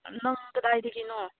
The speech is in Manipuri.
ꯅꯪ ꯀꯗꯥꯏꯗꯒꯤꯅꯣ